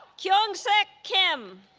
kyung-sik kim